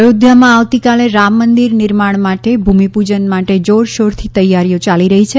અયોધ્યામાં આવતીકાલે રામ મંદિર નિર્માણ માટે ભૂમિપૂજન માટે જોરશોરથી તૈયારીઓ યાલી રહી છે